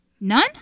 None